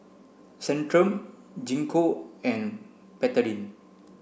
Centrum Gingko and Betadine